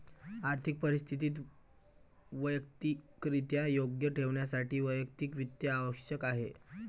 आर्थिक परिस्थिती वैयक्तिकरित्या योग्य ठेवण्यासाठी वैयक्तिक वित्त आवश्यक आहे